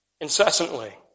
incessantly